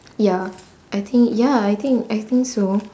ya I think ya I think I think so